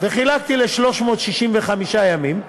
וחילקתי ל-365 ימים,